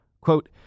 Quote